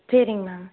சரிங்க மேம்